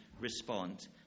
respond